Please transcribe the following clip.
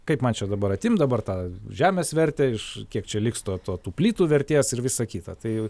kaip man čia dabar atimt dabar tą žemės vertę iš kiek čia liks tuo tų plytų vertės ir visa kita tai